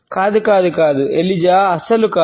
కాదు కాదు కాదు ఎలిజా అస్సలు కాదు